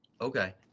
okay